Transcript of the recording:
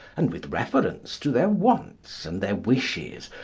and with reference to their wants and their wishes,